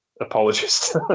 apologist